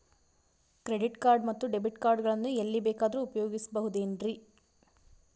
Credit card ಮತ್ತು debit card ಗಳನ್ನು ಎಲ್ಲಿ ಬೇಕಾದ್ರು ಉಪಯೋಗಿಸಬಹುದೇನ್ರಿ?